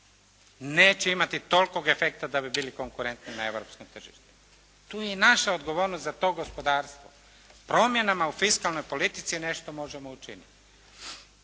neće imati tolikog efekta da bi bili konkurentni na europskom tržištu. Tu je i naša odgovornost za to gospodarstvo. Promjenama u fiskalnoj politici nešto možemo učiniti.